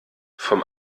vom